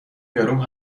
یارو